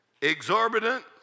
exorbitant